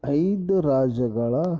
ಐದು ರಾಜ್ಯಗಳ